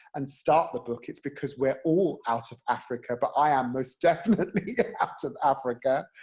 and start the book, it's because we're all out of africa, but i am most definitely out of africa.